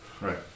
Right